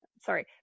sorry